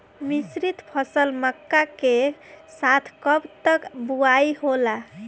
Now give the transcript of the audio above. मिश्रित फसल मक्का के साथ कब तक बुआई होला?